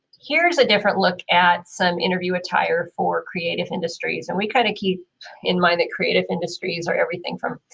here's a different look at some interview attire for creative industries. and we kind of keep in mind that creative industries or everything from,